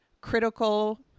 critical